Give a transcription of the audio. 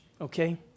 okay